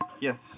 Yes